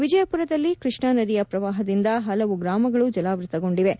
ವಿಜಯಪುರದಲ್ಲಿ ಕೃಷ್ಣಾ ನದಿಯ ಪ್ರವಾಹದಿಂದ ಹಲವು ಗ್ರಾಮಗಳು ಜಲಾವೃತಗೊಂಡಿವೆ